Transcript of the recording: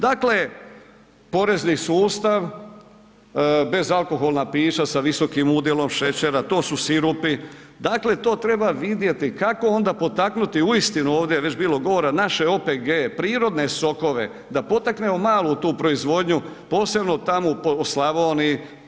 Dakle, porezni sustav bezalkoholna pića sa visokim udjelom šećera, to su sirupi, dakle to treba vidjeti kako onda potaknuti uistinu, ovdje je već bilo govora, naše OPG-ove prirodne sokove da potaknemo malu tu proizvodnju, posebno tamo u Slavoniji.